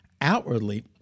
outwardly